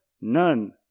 None